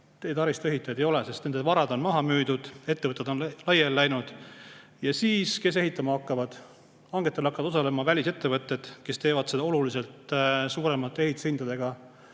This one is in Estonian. ole taristuehitajaid, sest nende vara on maha müüdud, ettevõtted on laiali läinud. Kes siis ehitama hakkavad? Hangetel hakkavad osalema välisettevõtted, kes teevad seda oluliselt suuremate ehitushindadega,